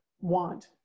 want